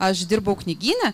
aš dirbau knygyne